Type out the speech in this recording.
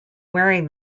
wearing